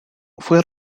fue